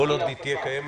כל עוד היא תהיה קיימת,